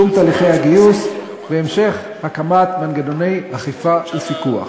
קידום תהליכי הגיוס והמשך הקמת מנגנוני אכיפה ופיקוח.